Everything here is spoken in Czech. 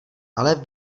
ale